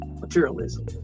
materialism